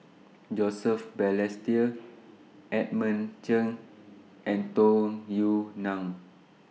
Joseph Balestier Edmund Chen and Tung Yue Nang